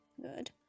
Good